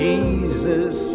Jesus